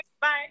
Bye